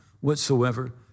whatsoever